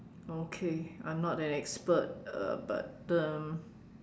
okay I'm not an expert uh but um